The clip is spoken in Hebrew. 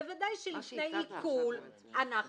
בוודאי שלפני עיקול אנחנו